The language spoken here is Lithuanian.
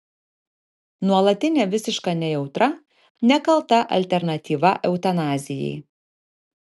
nuolatinė visiška nejautra nekalta alternatyva eutanazijai